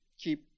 keep